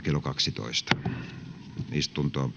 kello kaksitoista nolla